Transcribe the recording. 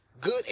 good